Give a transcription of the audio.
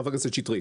חברת הכנסת שטרית.